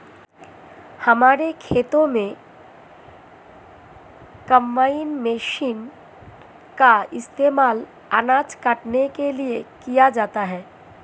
हमारे खेतों में कंबाइन मशीन का इस्तेमाल अनाज काटने के लिए किया जाता है